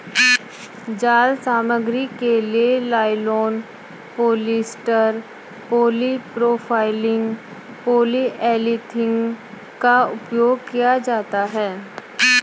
जाल सामग्री के लिए नायलॉन, पॉलिएस्टर, पॉलीप्रोपाइलीन, पॉलीएथिलीन का उपयोग किया जाता है